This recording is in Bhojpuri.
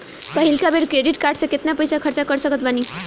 पहिलका बेर क्रेडिट कार्ड से केतना पईसा खर्चा कर सकत बानी?